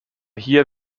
hier